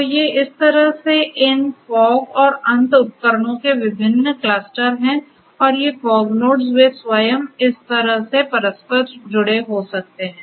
तो ये इस तरह से इन फॉगऔर अंत उपकरणों के विभिन्न क्लस्टर हैं और ये फॉग नोड्स वे स्वयं इस तरह से परस्पर जुड़े हो सकते हैं